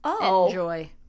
enjoy